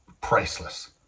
priceless